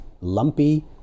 lumpy